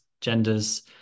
genders